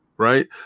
Right